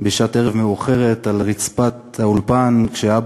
על רצפת האולפן בשעת ערב מאוחרת כשאבא